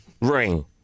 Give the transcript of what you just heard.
ring